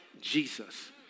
Jesus